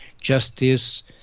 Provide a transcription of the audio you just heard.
justice